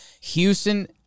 Houston